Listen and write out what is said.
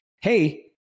Hey